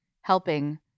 helping